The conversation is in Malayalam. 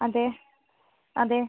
അ